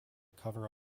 cover